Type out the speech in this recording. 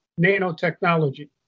nanotechnology